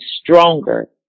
stronger